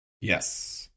yes